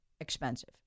expensive